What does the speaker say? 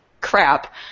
crap